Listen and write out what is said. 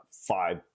five